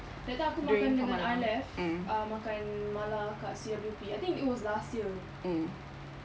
that time aku makan dengan arlef uh makan mala dekat C_W_P I think it was last year